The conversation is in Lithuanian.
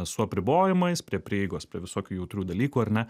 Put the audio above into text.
su apribojimais prie prieigos prie visokių jautrių dalykų ar ne